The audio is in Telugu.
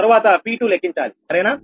తరువాత P2 లెక్కించాలి సరేనా